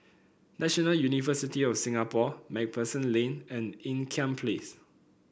National University of Singapore MacPherson Lane and Ean Kiam Place